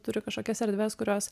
turi kažkokias erdves kurios